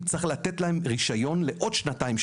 צריך לתת להם רישיון לעוד שנתיים,